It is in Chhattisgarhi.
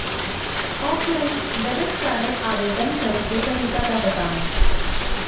ऑफलाइन डेबिट कारड आवेदन करे के तरीका ल बतावव?